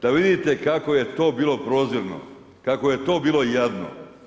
Da vidite kako je to bilo prozirno, kako je to bilo jadno.